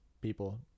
people